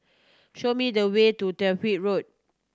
show me the way to Tyrwhitt Road